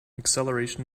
acceleration